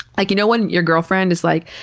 like, you know, when your girlfriend is like,